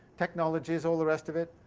technologies, all the rest of it,